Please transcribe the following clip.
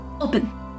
Open